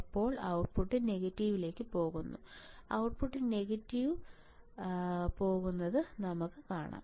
അപ്പോൾ ഔട്ട്പുട്ട് നെഗറ്റീവിലേക്ക് പോകുമോ ഔട്ട്പുട്ട് നെഗറ്റീവ് വലത്തേക്ക് പോകുന്നത് നമുക്ക് കാണാം